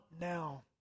now